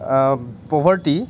poverty